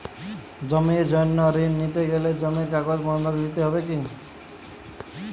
জমির জন্য ঋন নিতে গেলে জমির কাগজ বন্ধক দিতে হবে কি?